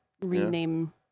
rename